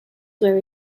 were